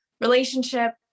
relationship